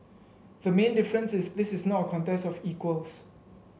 the main difference is this is not a contest of equals